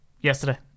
yesterday